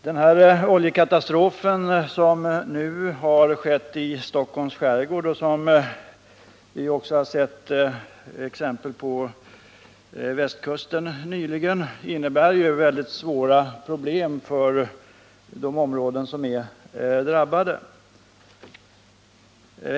Herr talman! Sådana oljekatastrofer som den som nu inträffade i Stockholms skärgård och t.ex. den som nyligen ägde rum på västkusten medför ju mycket svåra problem för de områden som är drabbade.